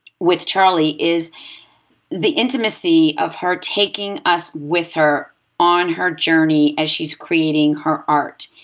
with charli, is the intimacy of her taking us with her on her journey as she's creating her art,